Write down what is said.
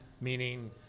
meaning